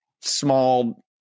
small